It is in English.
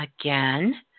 again